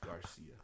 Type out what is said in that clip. Garcia